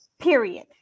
period